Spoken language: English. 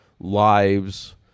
lives